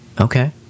Okay